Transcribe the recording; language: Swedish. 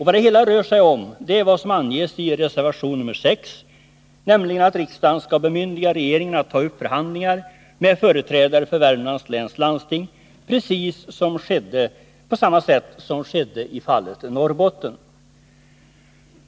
Vad det hela rör sig om är vad som anges i reservation nr 6, nämligen att riksdagen skall bemyndiga regeringen att ta upp förhandlingar med företrädare för Värmlands läns landsting, precis på samma sätt som skedde i fallet Norrbotten.